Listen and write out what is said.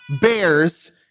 bears